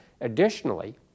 Additionally